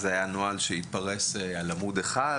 זה היה נוהל שהתפרס על עמוד אחד,